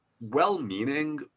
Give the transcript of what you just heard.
well-meaning